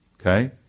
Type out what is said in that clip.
Okay